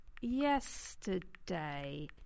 yesterday